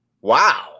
Wow